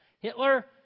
Hitler